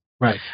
right